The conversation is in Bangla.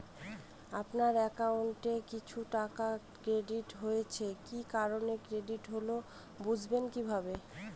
আপনার অ্যাকাউন্ট এ কিছু টাকা ক্রেডিট হয়েছে কি কারণে ক্রেডিট হল বুঝবেন কিভাবে?